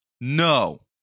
No